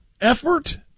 Effort